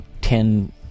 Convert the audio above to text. ten